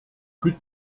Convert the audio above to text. plus